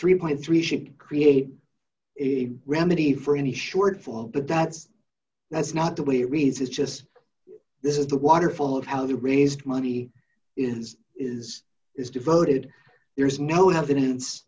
three point three should create a remedy for any shortfall but that's that's not the way raises just this is the waterfall of how they raised money is is is devoted there is no